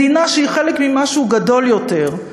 מדינה שהיא חלק ממשהו גדול יותר,